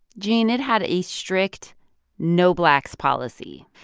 gene, it had a strict no-blacks policy.